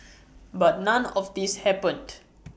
but none of this happened